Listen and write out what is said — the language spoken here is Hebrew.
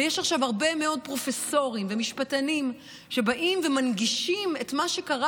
ויש עכשיו הרבה מאוד פרופסורים ומשפטנים שבאים ומנגישים את מה שקרה